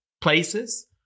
places